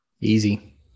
Easy